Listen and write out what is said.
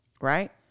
right